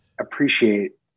appreciate